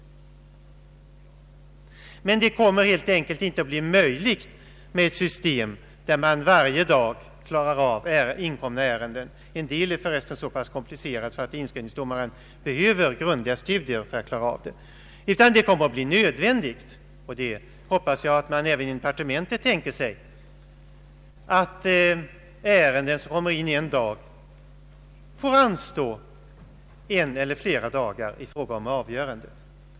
Det kommer helt enkelt inte att bli möjligt med ett system där man varje dag klarar av inkomna ärenden — en del är för resten så pass komplicerade att inskrivningsdomaren behöver grundliga studier för att klara av dem — utan det kommer att bli nödvändigt, och det hoppas jag att man även inom departementet tänker sig, att ärenden som kommer in en dag kan få anstå en eller flera dagar i fråga om avgörandet.